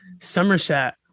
somerset